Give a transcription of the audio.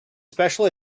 special